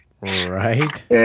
right